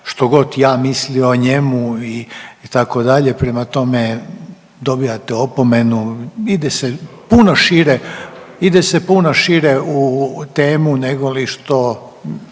što god ja mislio o njemu itd., prema tome dobijate opomenu. Ide se puno šire u temu negoli što